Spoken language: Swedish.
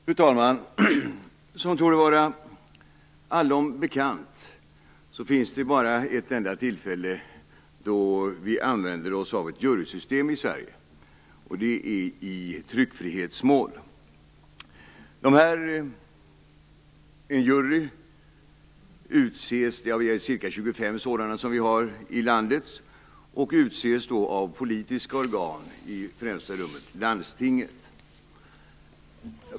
Fru talman! Det torde vara bekant för alla att det bara finns ett enda tillfälle då vi använder oss av ett jurysystem i Sverige. Det är i tryckfrihetsmål. Det finns ca 25 juryer i landet, och de utses av politiska organ, i främsta rummet landstingen.